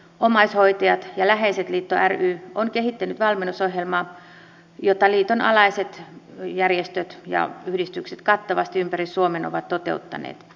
omaishoitajat ja läheiset liitto ry on kehittänyt valmennusohjelmaa jota liiton alaiset järjestöt ja yhdistykset kattavasti ympäri suomen ovat toteuttaneet